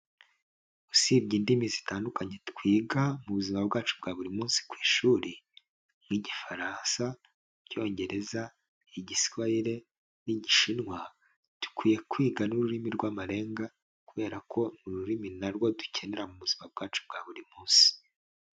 Usibye indimi zitandukanye twiga mu buzima bwacu bwa buri munsi ku ishuri nk'Igifaransa, Icyongereza, Igiswayire n'Igishinwa dukwiye kwiga n'ururimi rw'amarenga, kubera ko ni ururimi narwo dukenera mu buzima bwacu bwa buri munsi.